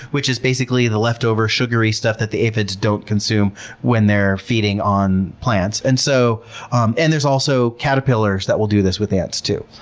which is basically the leftover sugary stuff that the aphids don't consume when they're feeding on plants. and so um and there's also caterpillars that will do this with the ants too.